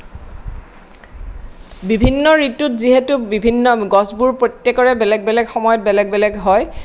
বিভিন্ন ঋতুত যিহেতু বিভিন্ন গছবোৰ প্ৰত্যেকৰে বেলেগ বেলেগ সময়ত বেলেগ বেলেগ হয়